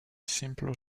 simpler